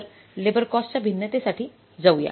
तर लेबर कॉस्टच्या भिन्नतेसाठी जाऊया